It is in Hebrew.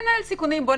סיכונים.